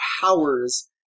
powers